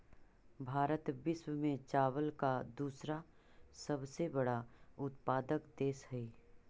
भारत विश्व में चावल का दूसरा सबसे बड़ा उत्पादक देश हई